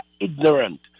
ignorant